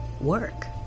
work